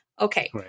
Okay